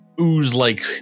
ooze-like